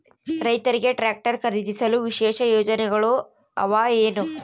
ರೈತರಿಗೆ ಟ್ರಾಕ್ಟರ್ ಖರೇದಿಸಲು ವಿಶೇಷ ಯೋಜನೆಗಳು ಅವ ಏನು?